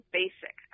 basic